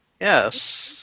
Yes